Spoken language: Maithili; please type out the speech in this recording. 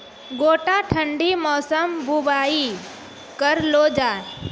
गोटा ठंडी मौसम बुवाई करऽ लो जा?